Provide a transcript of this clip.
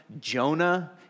Jonah